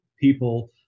people